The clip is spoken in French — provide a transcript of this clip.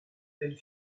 belle